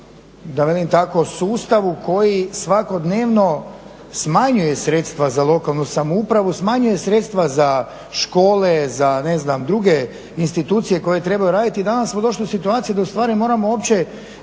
da velim tako sustavu koji svakodnevno smanjuje sredstva za lokalnu samoupravu, smanjuje sredstva za škole, za druge institucije koje trebaju raditi i danas smo došli u situaciju da ustvari moramo uopće